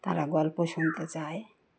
তারা গল্প শুনতে চায়